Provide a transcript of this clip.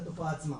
התופעה עצמה.